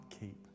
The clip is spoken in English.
keep